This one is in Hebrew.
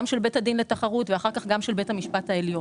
גם של בית הדין לתחרות ואחר כך גם של בית המשפט העליון.